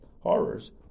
Horrors